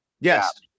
yes